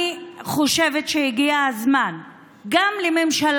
אני חושבת שהגיע הזמן שהממשלה,